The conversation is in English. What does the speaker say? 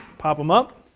pop them up,